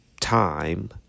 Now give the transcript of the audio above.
time